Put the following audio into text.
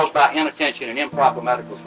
by inattention and improper medical